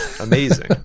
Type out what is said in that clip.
Amazing